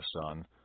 son